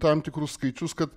tam tikrus skaičius kad